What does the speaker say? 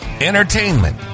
entertainment